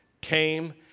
came